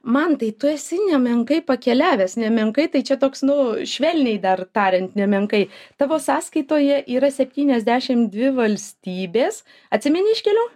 mantai tu esi nemenkai pakeliavęs nemenkai tai čia toks nu švelniai dar tariant nemenkai tavo sąskaitoje yra septyniasdešim dvi valstybės atsimeni iš kelių